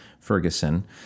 Ferguson